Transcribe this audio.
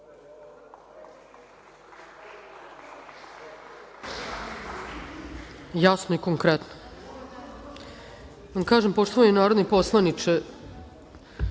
Jasno i konkretno. Da